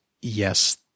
yes